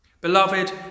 Beloved